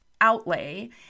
outlay